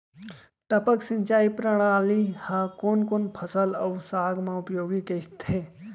टपक सिंचाई प्रणाली ह कोन कोन फसल अऊ साग म उपयोगी कहिथे?